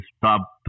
stop